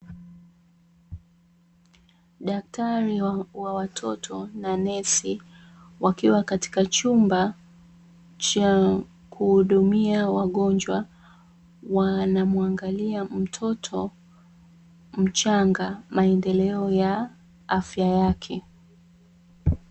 Daktari wa watoto na nesi wakiwa katika chumba cha kuhudumia wagonjwa, wanamuangalia mtoto mchanga maendeleo ya afya yake.